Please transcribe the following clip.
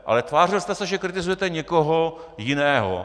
Ale tvářil jste se, že kritizujete někoho jiného.